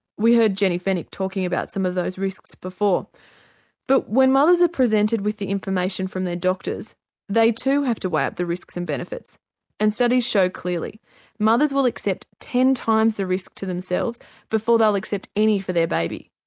we heard jenny fenwick talking about some of those risks before but when mothers are presented with the information from their doctors they too have to weigh up the risk and benefits and studies show clearly mothers will accept ten times the risk to themselves before they'll accept any for their baby.